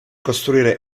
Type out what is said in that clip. costruire